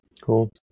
cool